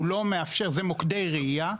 אלה מוקדי רעייה.